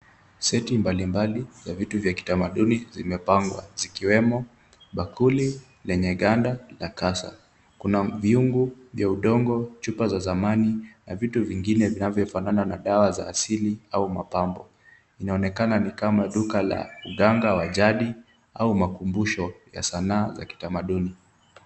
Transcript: Seti mbalimbali ya vitu vya kitamaduni vimepangwa, vikiwemo bakuli lenye ganda la kasa. Kuna vyungu vya udongo, chupa za zamani na vitu vingine vinavyofanana na dawa za asili au mapambo. Inaonekana ni kama duka la mganga wa jadi au makumbusho ya sanaa za kitamaduni.